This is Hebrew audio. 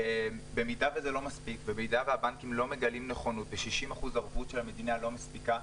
במידה והבנקים לא מגלים נכונות ו-60% ערבות של המדינה לא מספיקה,